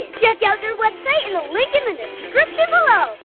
check out their website in the link in the description below!